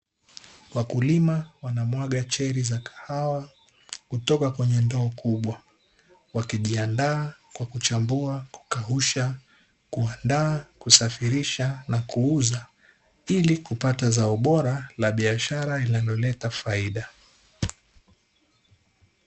Wakulima wanamwaga "cherry" za kahawa kutoka kwenye ndoo kubwa wakijiandaa kwa kuchambua, kukausha, kuandaa, kusafirisha na kuuza, ili kupata zao bora la biashara linaloleta faida.